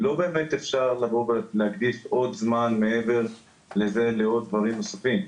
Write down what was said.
לא באמת אפשר לבוא ולהקדיש עוד זמן מעבר לזה לעוד דברים נוספים.